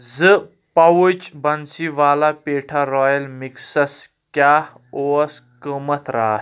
زٕ پَوٕچ بنسی والا پیٹھا رایل مِکسس کیٛاہ اوس قۭمتھ راتھ